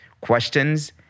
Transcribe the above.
questions